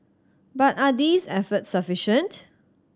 but are these efforts sufficient